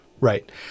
Right